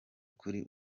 kuri